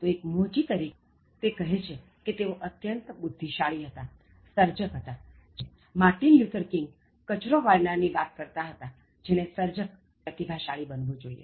તોએક મોચી તરીકે પણ તે કહે છે કે તેઓ અત્યંત બુદ્ધિશાળી હતા સર્જક હતા જેમ માર્ટિન લ્યૂથર કિંગ કચરો વાળનારની વાત કરતા હતા જેણે સર્જક અને પ્રતિભાશાળી બનવું જોઇએ